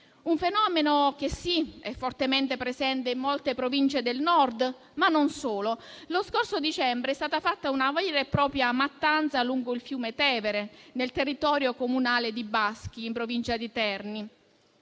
Un fenomeno che, sì, è fortemente presente in molte province del Nord, ma non solo. Lo scorso dicembre è stata fatta una vera e propria mattanza lungo il fiume Tevere, nel territorio comunale di Baschi, in provincia di Terni: